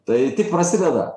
tai tik prasideda